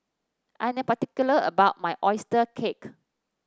I am particular about my oyster cake